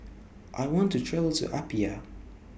I want to travel to Apia